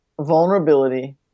vulnerability